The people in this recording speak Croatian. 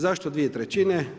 Zašto dvije trećine?